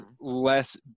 less